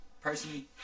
personally